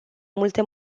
multe